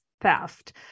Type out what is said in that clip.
theft